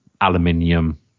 aluminium